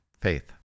faith